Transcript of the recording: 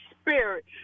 Spirit